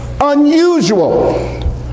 unusual